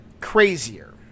crazier